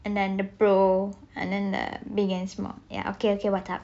and then the pro and then the big and small ya okay okay what up